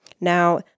Now